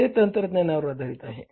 ते तंत्रज्ञानावर आधारित आहेत